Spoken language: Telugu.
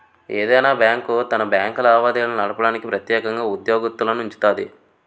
ఏదైనా బ్యాంకు తన బ్యాంకు లావాదేవీలు నడపడానికి ప్రెత్యేకంగా ఉద్యోగత్తులనుంచుతాది